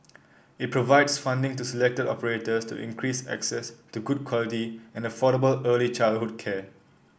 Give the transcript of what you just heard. it provides funding to selected operators to increase access to good quality and affordable early childhood care